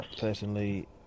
personally